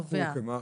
שהוכרו כמה?